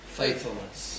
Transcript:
faithfulness